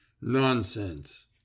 Nonsense